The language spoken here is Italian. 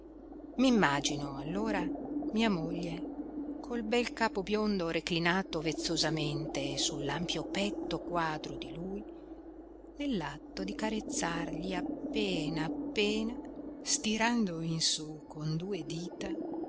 pover'uomo m'immagino allora mia moglie col bel capo biondo reclinato vezzosamente sull'ampio petto quadro di lui nell'atto di carezzargli appena appena stirando in su con due dita